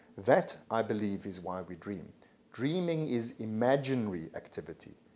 that i believe is why we dream dreaming is imaginary activity.